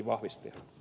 arvoisa puhemies